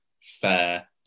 fair